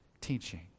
teaching